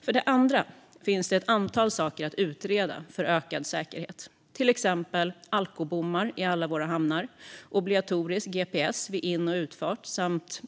För det andra finns det ett antal saker att utreda för ökad säkerhet, till exempel alkobommar i alla våra hamnar, obligatorisk gps vid in och utfart samt